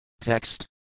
TEXT